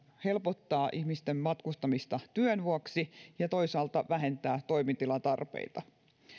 helpottaa ihmisten matkustamista työn vuoksi ja toisaalta vähentää toimitilatarpeita